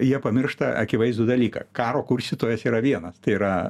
jie pamiršta akivaizdų dalyką karo kurstytojas yra vienas tai yra